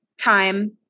time